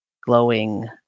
glowing